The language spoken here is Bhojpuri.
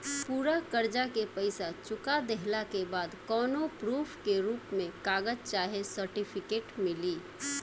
पूरा कर्जा के पईसा चुका देहला के बाद कौनो प्रूफ के रूप में कागज चाहे सर्टिफिकेट मिली?